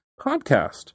podcast